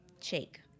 shake